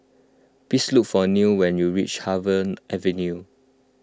please look for Nile when you reach Harvey Avenue